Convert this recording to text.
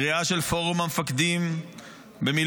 קריאה של פורום המפקדים במילואים,